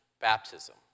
baptism